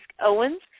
Owens